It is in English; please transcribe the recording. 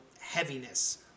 heaviness